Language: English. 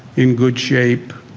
in good shape.